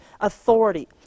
authority